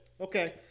Okay